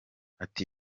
ati